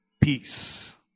peace